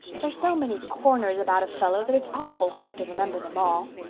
there's so many corners about a fellow that it's awful hard to remember them all.